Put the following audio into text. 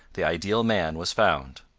the ideal man was found.